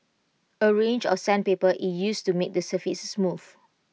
A range of sandpaper is used to make the surface smooth